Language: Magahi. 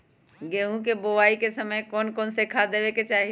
गेंहू के बोआई के समय कौन कौन से खाद देवे के चाही?